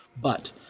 but—